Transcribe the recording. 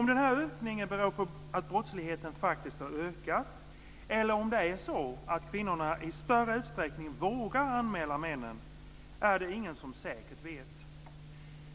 Om denna ökning beror på att brottsligheten faktiskt har ökat eller om det är så att kvinnorna i större utsträckning vågar anmäla männen är det ingen som säkert vet.